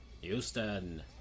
Houston